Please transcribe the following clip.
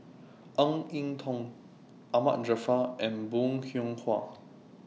Ng Eng Teng Ahmad Jaafar and Bong Hiong Hwa